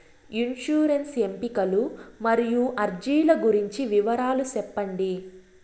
insurance ఎంపికలు మరియు అర్జీల గురించి వివరాలు సెప్పండి